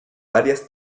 varias